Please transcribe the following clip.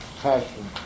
passion